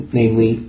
namely